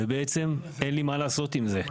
ובעצם אין לי מה לעשות עם זה.